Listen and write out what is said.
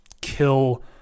kill